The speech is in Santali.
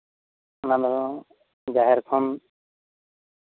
ᱚᱱᱟᱫᱚ ᱡᱟᱸᱦᱮᱨ ᱠᱷᱚᱱ